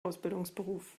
ausbildungsberuf